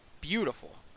beautiful